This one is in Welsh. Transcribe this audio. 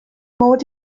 mod